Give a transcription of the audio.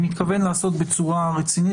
אני מתכוון לעשות בצורה רצינית.